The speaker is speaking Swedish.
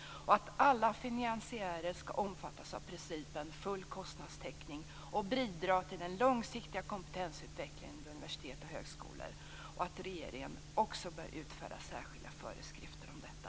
Alla finansiärer skall omfattas av principen full kostnadstäckning och bidra till den långsiktiga kompetensutvecklingen inom universitet och högskolor. Regeringen bör utfärda särskilda föreskrifter om detta.